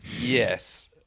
Yes